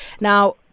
Now